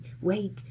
Wake